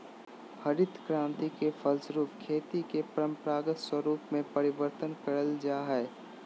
हरित क्रान्ति के फलस्वरूप खेती के परम्परागत स्वरूप में परिवर्तन करल जा हइ